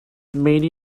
many